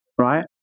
right